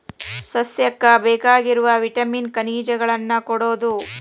ಸಸ್ಯಕ್ಕ ಬೇಕಾಗಿರು ವಿಟಾಮಿನ್ ಖನಿಜಗಳನ್ನ ಕೊಡುದು